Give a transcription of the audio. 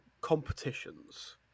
competitions